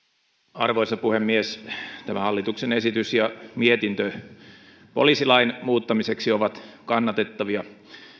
arvoisa puhemies tämä hallituksen esitys ja mietintö poliisilain muuttamiseksi ovat kannatettavia